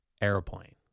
airplane